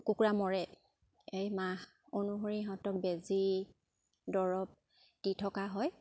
কুকুৰা মৰে এই মাহ অনুসৰি সিহঁতক বেজি দৰৱ দি থকা হয়